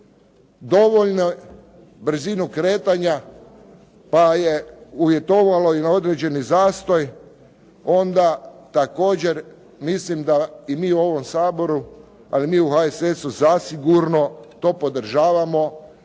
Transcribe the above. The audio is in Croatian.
dovoljnu brzinu kretanja, pa je uvjetovalo i određeni zastoj, onda također mislim da i mi u ovom Saboru, ali i mi u HSS-u zasigurno to podržavamo